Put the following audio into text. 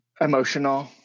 emotional